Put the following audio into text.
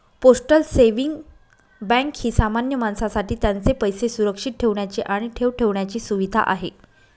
postal saving bank ही सामान्य माणसासाठी त्यांचे पैसे सुरक्षित ठेवण्याची आणि ठेव ठेवण्याची सुविधा आहे